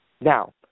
Now